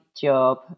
job